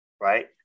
right